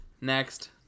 Next